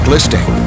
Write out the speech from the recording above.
listing